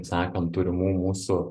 sakant turimų mūsų